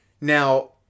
Now